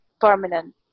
permanent